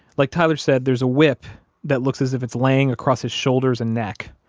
like tyler said, there's a whip that looks as if it's laying across his shoulders and neck,